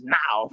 now